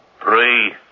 three